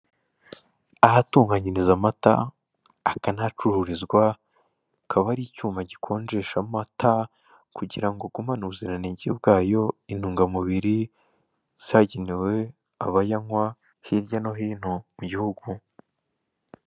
Ahatunganyirizwa amat akanahacururizwa hakaba hari icyuma gikonjesha amata kugira ngo agumane ubuziranenge bwayo, intunamubiri, zagenewe abayanywa hirya no hino mu gihugu.